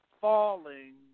falling